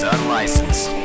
Unlicensed